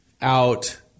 out